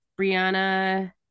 Brianna